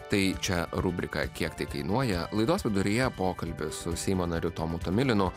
tai čia rubriką kiek tai kainuoja laidos viduryje pokalbio su seimo nariu tomu tomilinu